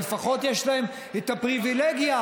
או לפחות יש להם את הפריבילגיה,